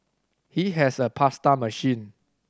he has a pasta machine